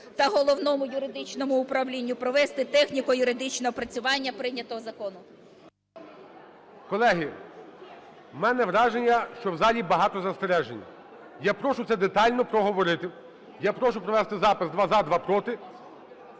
та Головному юридичному управлінню провести техніко-юридичне опрацювання прийнятого закону. ГОЛОВУЮЧИЙ. Колеги, в мене враження, що в залі багато застережень. Я прошу це детально проговорити. Я прошу провести запис: два – за, два – проти.